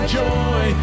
joy